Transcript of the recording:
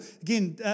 Again